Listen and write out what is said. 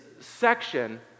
section